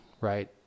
right